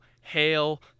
hail